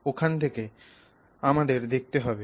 ওখান থেকে আমাদের দেখতে হবে